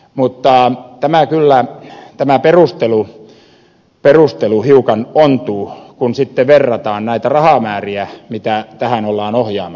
mutta tämä perustelu kyllä hiukan ontuu kun sitten verrataan näitä rahamääriä mitä tähän ollaan ohjaamassa